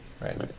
Right